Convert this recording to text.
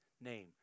name